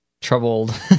troubled